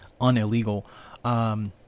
unillegal